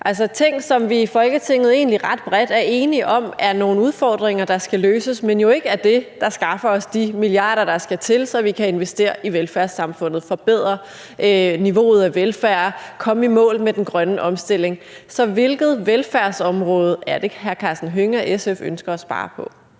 altså ting, som vi egentlig ret bredt i Folketinget er enige om er nogle udfordringer, der skal løses, men det er jo ikke det, der skaffer os de milliarder, der skal til, så vi kan investere i velfærdssamfundet, forbedre niveauet af velfærd og komme i mål med den grønne omstilling. Så hvilket velfærdsområde er det, hr. Karsten Hønge og SF ønsker at spare på?